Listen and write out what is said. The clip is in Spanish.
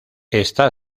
está